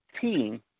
team